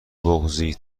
بغضی